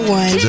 one